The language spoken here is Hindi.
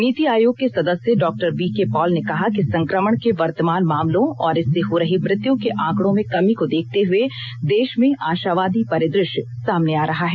नीति आयोग के सदस्य डॉक्टर वी के पॉल ने कहा कि संक्रमण के वर्तमान मामलों और इससे हो रही मृत्यु के आंकड़ों में कमी को देखते हुए देश में आशावादी परिदृश्य सामने आ रहा है